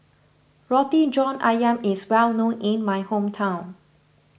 Roti John Ayam is well known in my hometown